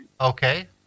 Okay